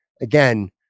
Again